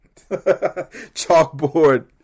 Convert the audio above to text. chalkboard